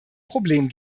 problem